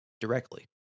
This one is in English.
directly